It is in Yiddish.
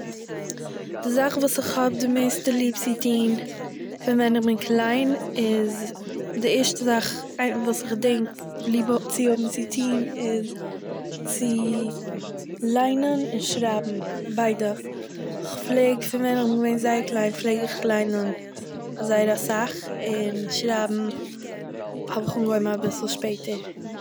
די זאך וואס איך האב די מערסטע ליב צו טוהן פון ווען איך בין קליין איז, די ערשטע זאך וואס איך דענק ליב האב- צו האבן צו טוהן איז, צו ליינען און שרייבן, ביידע. איך פלעג פון ווען איך בין געווען זייער קליין פלעג איך ליינען זייער אסאך, און שרייבן האב איך אנגעהויבן אביסל שפעטער